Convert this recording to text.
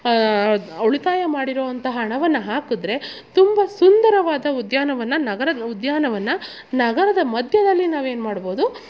ಉಳಿತಾಯ ಮಾಡಿರೋ ಅಂಥ ಹಣವನ್ನು ಹಾಕಿದ್ರೆ ತುಂಬ ಸುಂದರವಾದ ಉದ್ಯಾನವನ ನಗರ ಉದ್ಯಾನವನ ನಗರದ ಮಧ್ಯದಲ್ಲಿ ನಾವೇನು ಮಾಡ್ಬೋದು